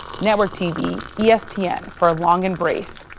network tv yeah espn for long embrace.